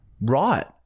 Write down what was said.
right